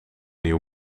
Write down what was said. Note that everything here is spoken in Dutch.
nieuw